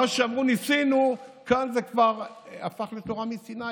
מה שאמרו "ניסינו" כאן זה כבר הפך לתורה מסיני.